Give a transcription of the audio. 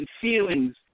feelings